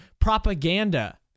propaganda